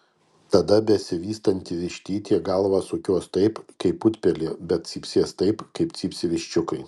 tada besivystanti vištytė galvą sukios taip kaip putpelė bet cypsės taip kaip cypsi viščiukai